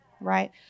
right